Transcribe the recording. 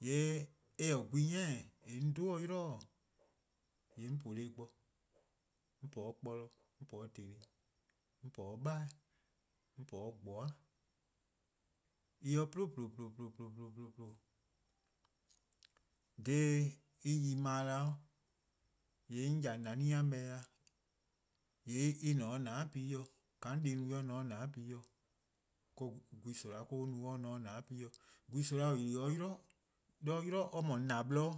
'de eh yau-' :ne en :ne 'de 'weh. :yee' eh mor-: gwehn-ni-: 'on dhe-a 'o 'yli-dih-: :yee' 'on po-dih bo, 'on po 'de kpolor, 'on po 'de :teli, 'on po 'de 'beheh', 'on po 'de :gbobeh'eh, :mor en 'pluh :plun :plun :plun, :dha en 'yi-a :ma-dih 'da :yee' on :ya neh-a :meo' ya, :yee' en :ne 'o :nane' ken, :ka dih-a no-a en ne-a 'o :nane' ken ka gwehn soma'-a no or ne 'o :nane' ken. 'Do 'yli :mor :na-bloror',